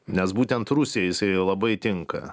nes būtent rusijai jisai labai tinka